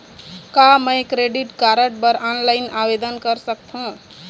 का मैं credit card बर ऑनलाइन आवेदन कर सकथों?